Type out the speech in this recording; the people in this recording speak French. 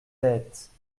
êtes